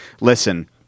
listen